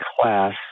class